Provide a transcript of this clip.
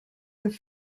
have